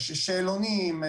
שאלונים,